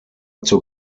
zur